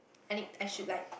I need I should like